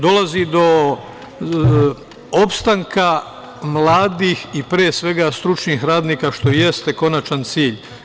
Dolazi do opstanka mladih i pre svega stručnih radnika, što jeste konačan cilj.